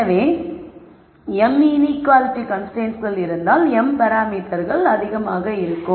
எனவே m inequality கன்ஸ்ரைன்ட்ஸ்கள் இருந்தால் m பராமீட்டர்கள் இருக்கும்